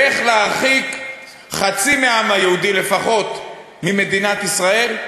איך להרחיק חצי מהעם היהודי, לפחות, ממדינת ישראל?